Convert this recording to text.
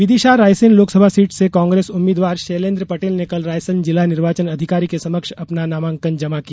Vidisha Raisen Lok Sabha seat से कांग्रेस उम्मीदवार शैलेन्द्र पटेल ने कल रायसेन जिला निर्वाचन अधिकारी के समक्ष अपना नामाकंन जमा किया